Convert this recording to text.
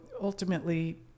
ultimately